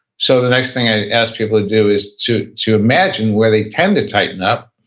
so the next thing i ask people to do is to to imagine where they tend to tighten up,